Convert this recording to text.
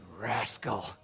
rascal